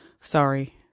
sorry